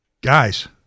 Guys